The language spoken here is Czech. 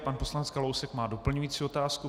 Pan poslanec Kalousek má doplňující otázku.